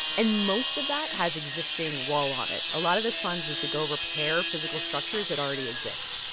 and most of that has existing wall on it. a lot of this funds is to go repair physical structures that already exist.